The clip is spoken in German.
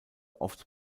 oft